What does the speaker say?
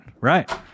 right